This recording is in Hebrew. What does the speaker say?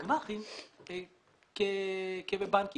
בגמ"חים כבבנקים.